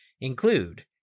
include